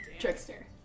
Trickster